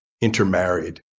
intermarried